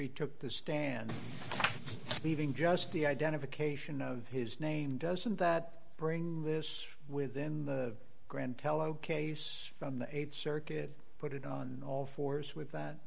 he took the stand leaving just the identification of his name doesn't that bring this within the grand tello case from the th circuit put it on all fours with that